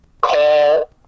call